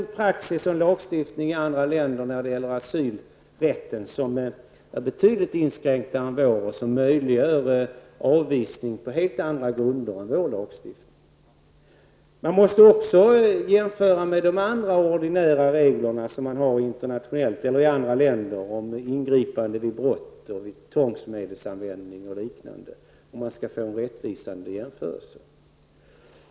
Praxis och lagstiftning i andra länder när det gäller asylrätt är betydligt mer inskränkt än vår och som möjliggör avvisning på helt andra grunder än enligt vår lagstiftning. Man måste också ta hänsyn till andra regler som gäller i olika länder om ingripande vid brott, användande av tvångsmedel osv., om man skall få en rättvisande jämförelse.